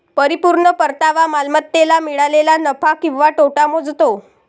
परिपूर्ण परतावा मालमत्तेला मिळालेला नफा किंवा तोटा मोजतो